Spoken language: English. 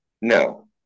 No